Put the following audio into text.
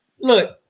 look